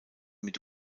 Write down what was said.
mit